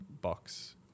box